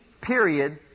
period